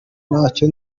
ntacyo